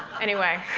anyway.